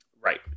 Right